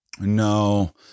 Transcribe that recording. no